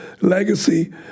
legacy